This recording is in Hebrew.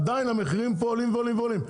עדיין המחירים פה עולים ועולים ועולים.